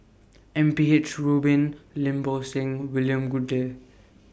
M P H Rubin Lim Bo Seng William Goode